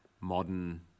modern